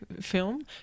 film